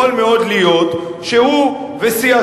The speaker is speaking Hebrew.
יכול מאוד להיות שהוא וסיעתו,